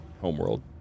homeworld